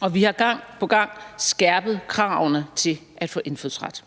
og vi har gang på gang skærpet kravene til at få indfødsret.